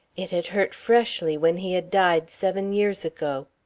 it had hurt freshly when he had died, seven years ago.